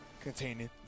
containing